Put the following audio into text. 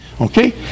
okay